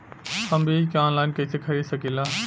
हम बीज के आनलाइन कइसे खरीद सकीला?